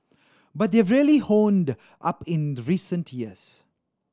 but they've really honed up in recent years